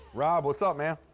rob, what's up, man?